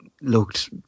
looked